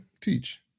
teach